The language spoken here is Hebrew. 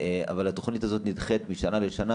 אבל התכנית הזאת נדחית משנה לשנה,